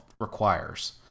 requires